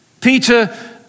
Peter